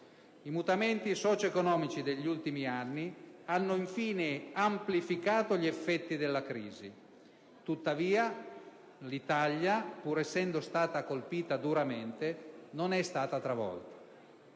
I mutamenti socioeconomici degli ultimi anni hanno infine amplificato gli effetti della crisi. Tuttavia, l'Italia, pur essendo stata colpita duramente, non è stata travolta.